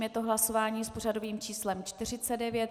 Je to hlasování s pořadovým číslem 49.